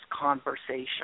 conversation